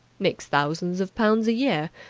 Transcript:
makes thousands of pounds a year.